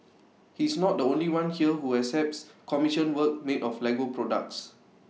he is not the only one here who accepts commissioned work made of Lego products